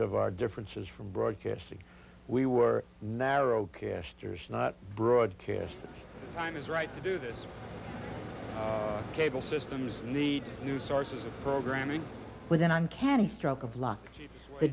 of our differences from broadcasting we were narrow casting not broadcast time is right to do this cable systems need new sources of programming with an uncanny stroke of luck a